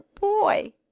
boy